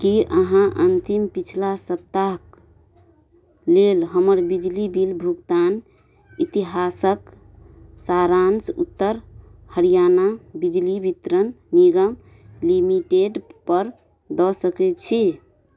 कि अहाँ अन्तिम पछिला सप्ताहके लेल हमर बिजली बिल भुगतान इतिहासके सारान्श उत्तर हरियाणा बिजली वितरण निगम लिमिटेडपर दऽ सकै छी